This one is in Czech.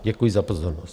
Děkuji za pozornost.